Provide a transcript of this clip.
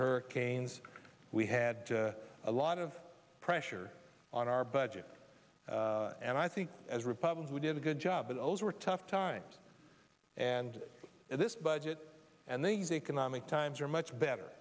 hurricanes we had a lot of pressure on our budget and i think as a republican we did a good job of those were tough times and this budget and these economic times they're much better